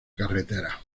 carreteras